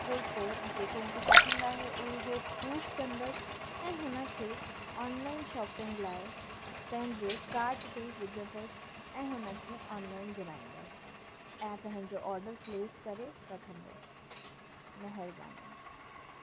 कुर्तो जेको मूंखे पसंदि आहे उहो चूस कंदसि ऐं हुन खे ऑनलाइन शॉपिंग लाइ पैंजे कार्ट में विझंदसि ऐं हुन खे ऑनलाइन घुराईंदसि ऐं पंहिंजो ऑडर प्लेस करे रखंदसि महिरबानी